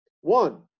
One